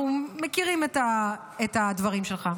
אנחנו מכירים את הדברים שלך.